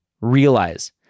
realize